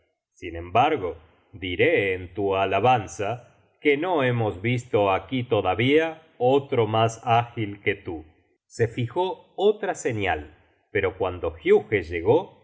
sin embargo diré en tu alabanza que no hemos visto aquí todavía otro mas ágil que tú se fijó otra señal pero cuando huge llegó